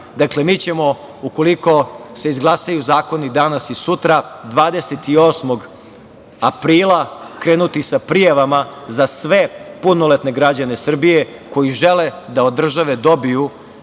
za maj mi ćemo ukoliko se izglasaju zakoni danas i sutra 28. aprila krenuti sa prijavama za sve punoletne građane Srbije koji žele da od države dobiju